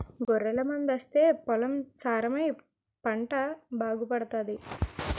గొర్రెల మందాస్తే పొలం సారమై పంట బాగాపండుతాది